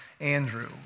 Andrew